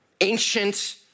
ancient